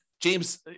james